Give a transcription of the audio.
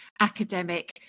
academic